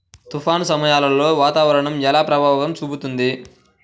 తుఫాను సమయాలలో వాతావరణం ఎలా ప్రభావం చూపుతుంది?